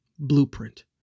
blueprint